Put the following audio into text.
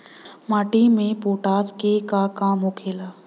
माटी में पोटाश के का काम होखेला?